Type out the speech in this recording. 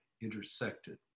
intersected